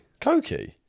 Cokey